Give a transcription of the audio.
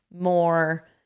more